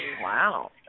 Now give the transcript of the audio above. Wow